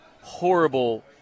horrible